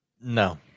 No